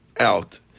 out